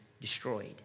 destroyed